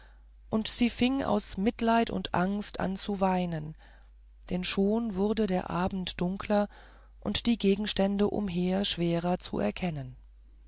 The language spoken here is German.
und sie fing aus mitleid und angst an zu weinen denn schon wurde der abend dunkler und die gegenstände umher schwerer zu erkennen